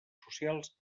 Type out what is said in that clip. socials